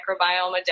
microbiome